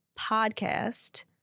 podcast